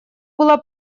была